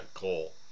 goal